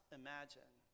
imagine